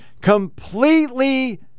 Completely